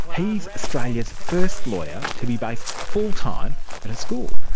he's australia's first lawyer to be based full time at a school.